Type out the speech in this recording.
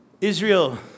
Israel